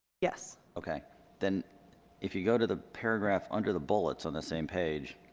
yes okay then if you go to the paragraph under the bullets on the same page,